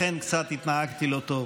לכן התנהגתי קצת לא טוב.